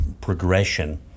progression